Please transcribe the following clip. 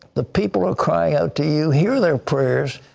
the people are crying out to you. hear their prayers.